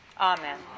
Amen